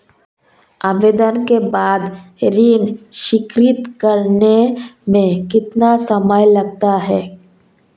आवेदन के बाद ऋण स्वीकृत करने में कितना समय लगता है?